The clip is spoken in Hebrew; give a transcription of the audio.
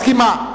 אני מסכימה,